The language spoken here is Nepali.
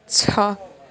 छ